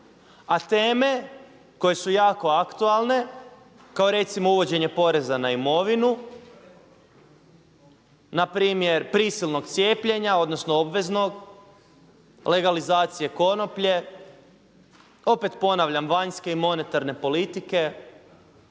a teme koje su jako aktualne kao recimo uvođenje poreza na imovinu, na primjer prisilnog cijepljenja, odnosno obveznog, legalizacije konoplje, opet ponavljam vanjske i monetarne politike